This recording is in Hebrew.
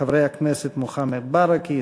חברי הכנסת מוחמד ברכה,